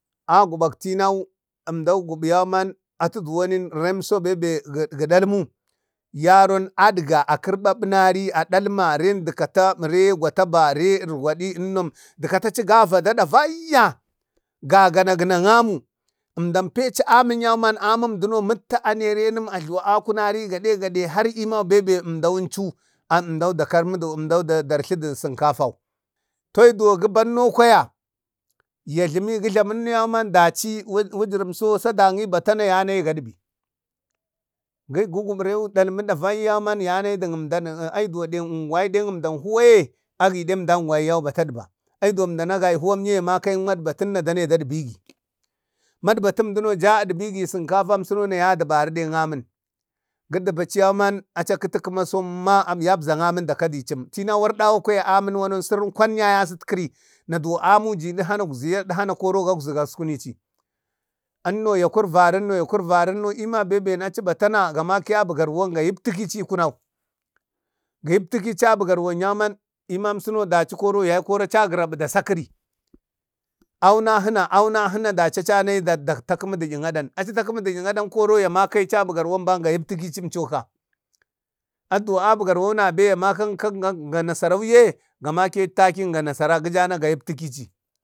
Agubak tinau emdau gubu yauman atu duwoni rem so bebe gi dalmu yaron adga adga a karbabunari a dalma re du kata re gataba re ergadi ennom dukaci gavada davayya gaganak gunak aminu emdan peci amin yauman amin amduno mitta ane remun a jluwi a kunare gade gade har ema bebe emdannucu aemdo da karmi or emdo darjlu du sinkafau to ei duwa giban enno kwaya ya jlumi gijlamino yauma daci wujirimso sadani bata na yanayi gadbi gu gubu rewu dalmutkwa davayya yanayi duk emdan ai duwan duk engwai se gadbi deng emdan huwayee agi deng emdan gwayye batadba ayy amdana gay humanye ya makayik amatinna gane dadbigi matbatumduno ja adbigi sinkafam sunona yadbari deng amin gidbaci yauman acakiti kuma somma biya yabzan amin da kadecim tinau ardawa kwaya amin ewan sirin kwan yaye asitkiri na duwan amu ji edha noekziy edhano koro gagzi kaskunici enno ya kurvari enno ya kurvarien no en bebe naci bata na ga maki abu galwan ga yiptikici ekunau ga yiptikici abu garwaon yauman emam suno daci koro yau kora akrabu da sakiri auna ahina auna hina daci acanayi dak tak kumi duyin adanaci takemu diyik adan koro ya makayi ci abu garwan bam ka yiptikicin co ka ado abu garwo nabee ya maka kang ga nasarau yee ga make takik ga nasara gi dana ga yiptakici.